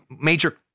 major